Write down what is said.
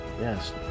Yes